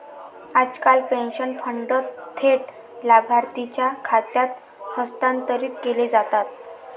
आजकाल pension fund थेट लाभार्थीच्या खात्यात हस्तांतरित केले जातात